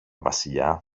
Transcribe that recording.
βασιλιά